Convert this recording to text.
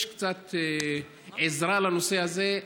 יש קצת עזרה בנושא הזה,